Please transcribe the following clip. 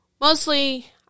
mostly